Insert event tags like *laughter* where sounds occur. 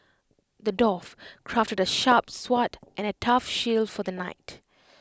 *noise* the dwarf crafted A sharp sword and A tough shield for the knight